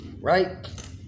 right